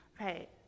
Right